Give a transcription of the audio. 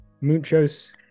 Muchos